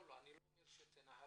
אני לא אומר שתנהלו.